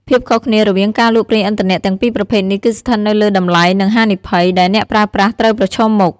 ភាពខុសគ្នារវាងការលក់ប្រេងឥន្ធនៈទាំងពីរប្រភេទនេះគឺស្ថិតនៅលើ តម្លៃ និង ហានិភ័យ ដែលអ្នកប្រើប្រាស់ត្រូវប្រឈមមុខ។